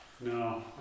No